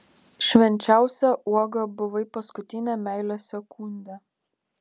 švenčiausia uoga buvai paskutinę meilės sekundę